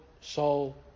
soul